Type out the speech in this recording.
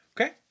Okay